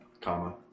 comma